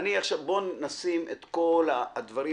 בואו נשים בצד את כל הדברים